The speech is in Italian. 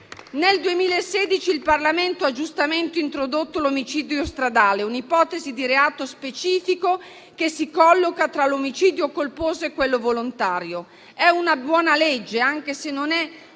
Nel 2016 il Parlamento ha giustamente introdotto l'omicidio stradale, un'ipotesi di reato specifica che si colloca tra l'omicidio colposo e quello volontario. È una buona legge, anche se non è